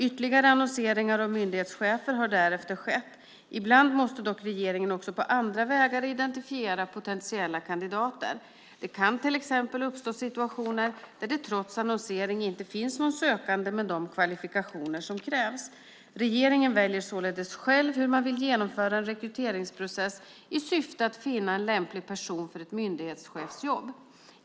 Ytterligare annonseringar av myndighetschefer har därefter skett. Ibland måste dock regeringen också på andra vägar identifiera potentiella kandidater. Det kan till exempel uppstå situationer där det trots annonsering inte finns någon sökande med de kvalifikationer som krävs. Regeringen väljer således själv hur man vill genomföra en rekryteringsprocess i syfte att finna en lämplig person för ett myndighetschefsjobb.